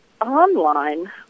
online